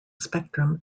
spectrum